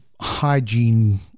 hygiene